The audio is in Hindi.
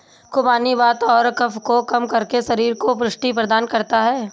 खुबानी वात और कफ को कम करके शरीर को पुष्टि प्रदान करता है